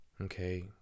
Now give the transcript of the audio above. Okay